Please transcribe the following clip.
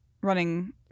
running